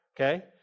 Okay